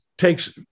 takes